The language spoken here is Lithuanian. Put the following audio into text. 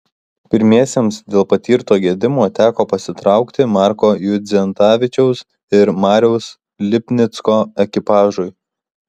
pirmiesiems dėl patirto gedimo teko pasitraukti marko judzentavičiaus ir mariaus lipnicko ekipažui